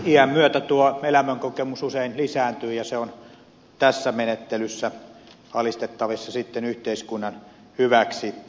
iän myötä tuo elämänkokemus usein lisääntyy ja se on tässä menettelyssä alistettavissa sitten yhteiskunnan hyväksi